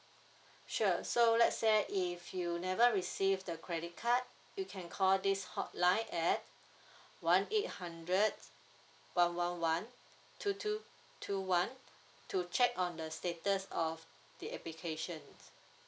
sure so let's say if you never receive the credit card you can call this hotline at one eight hundred one one one two two two one to check on the status of the application